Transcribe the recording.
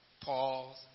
Pause